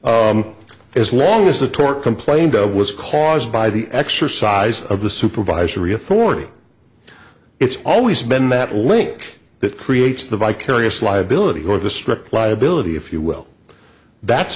as long as the tort complained of was caused by the exercise of the supervisory authority it's always been that link that creates the vicarious liability or the strict liability if you will that's